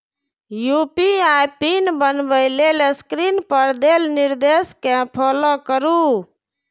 UPI PIN बनबै लेल screen पर देल निर्देश कें फॉलो करू